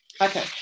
Okay